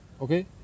Okay